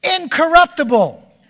Incorruptible